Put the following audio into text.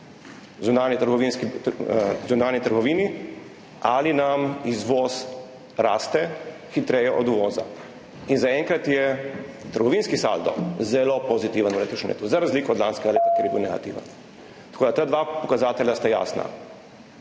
zunanji trgovini, ali nam izvoz raste hitreje od uvoza. Zaenkrat je trgovinski saldo zelo pozitiven v letošnjem letu, za razliko od lanskega leta, kjer je bil negativen. Tako da ta dva pokazatelja sta jasna.